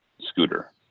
scooter